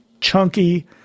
chunky